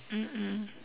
mm mm